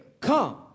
Come